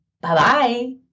Bye-bye